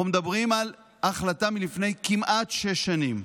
אנחנו מדברים על החלטה מלפני כמעט שש שנים.